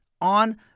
on